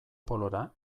polora